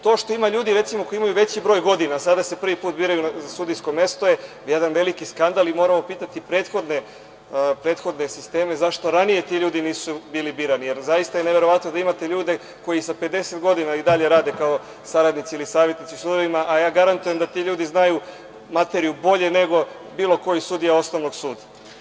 To što ima ljudi, recimo, koji imaju veći broj godina, sada se prvi put biraju na sudijsko mesto je jedan veliki skandal i moramo pitati prethodne sisteme zašto ranije ti ljudi nisu bili birani, jer zaista je neverovatno da imate ljude koji sa 50 godina i dalje rade kao saradnici ili savetnici u sudovima, a garantujem da ti ljudi znaju materiju bolje nego bilo koji sudija osnovnog suda.